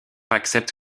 accepte